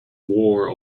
wore